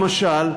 למשל,